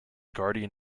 guardian